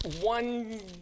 one